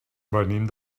venim